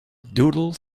doodle